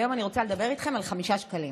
היום אני רוצה לדבר איתכם על 5 שקלים,